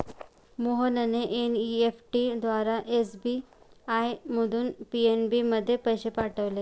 मोहनने एन.ई.एफ.टी द्वारा एस.बी.आय मधून पी.एन.बी मध्ये पैसे पाठवले